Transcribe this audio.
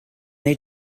they